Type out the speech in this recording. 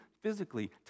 physically